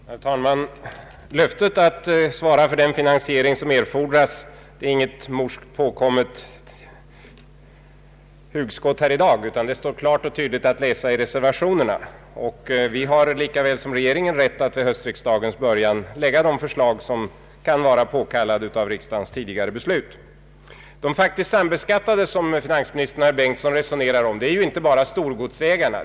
Herr talman! Löftet att svara för den finansiering som erfordras är inget morskt påkommet hugskott i dag, utan det står klart och tydligt att läsa i reservationerna. Vi har lika väl som regeringen rätt att vid höstriksdagens början lägga de förslag som kan vara påkallade av riksdagens tidigare beslut. De faktiskt sambeskattade, som finansministern och herr Bengtson resonerar om, är inte bara storgodsägarna.